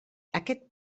aquest